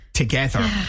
together